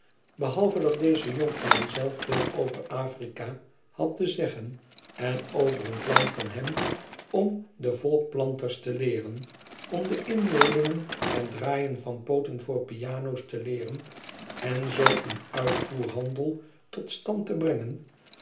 behalve dat deze jonkman zelf veel over afrika had te zeggen en over een plan van hem om de volkplanters te leeren om de inboorlingen het draaien van pooten voor piano's te leeren en zoo een uitvoerhandel tot stand te brengen